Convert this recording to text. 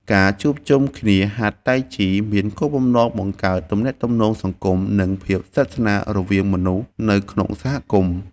ការជួបជុំគ្នាហាត់តៃជីមានគោលបំណងបង្កើតទំនាក់ទំនងសង្គម និងភាពស្និទ្ធស្នាលរវាងមនុស្សនៅក្នុងសហគមន៍។